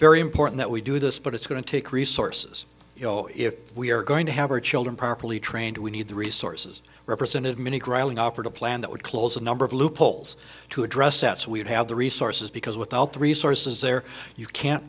very important that we do this but it's going to take resources you know if we are going to have our children properly trained we need the resources represented many growing offered a plan that would close a number of loopholes to address that so we'd have the resources because without the resources there you can't